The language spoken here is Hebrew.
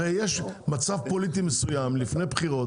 הרי יש מצב פוליטי מסוים לפני בחירות